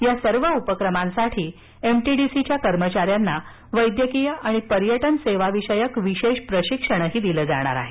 या सर्व उपक्रमांसाठी एमटीडीटीसीच्या कर्मचार्यांना वैद्यकीय आणि पर्यटन सेवाविषयक विशेष प्रशिक्षणही दिलं जाणार आहे